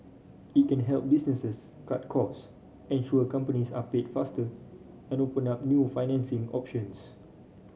it can help businesses cut costs ensure companies are paid faster and open up new financing options